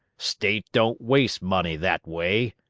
state don't waste money that way!